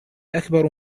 أكبر